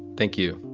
thank you.